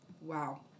Wow